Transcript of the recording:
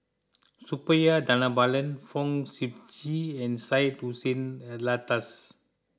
Suppiah Dhanabalan Fong Sip Chee and Syed Hussein Alatas